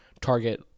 target